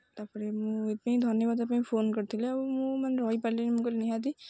ତା'ପରେ ମୁଁ ଏଥିପାଇଁ ଧନ୍ୟବାଦ ଦେବା ପାଇଁ ଫୋନ୍ କରିଥିଲି ଆଉ ମୁଁ ମାନେ ରହି ପାରିଲିନି ମୁଁ କହିଲି ନିହାତି